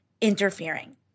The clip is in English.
interfering